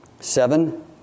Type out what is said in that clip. seven